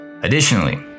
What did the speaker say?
Additionally